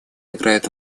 играет